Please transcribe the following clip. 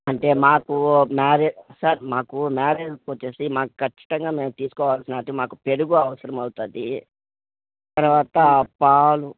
అంటే మాకు మ్యారే సార్ మాకు మ్యారేజ్ వచ్చేసి మాకు ఖచ్చితంగా మేము తీసుకోవాల్సిన మాకు పెరుగు అవసరం అవుతుంది తర్వాత పాలు